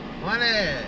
Money